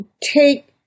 take